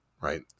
Right